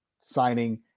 signing